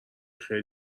خیلی